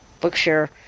Bookshare